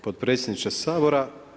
Potpredsjedniče Sabora.